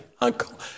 uncle